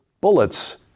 bullets